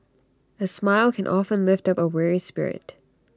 A smile can often lift up A weary spirit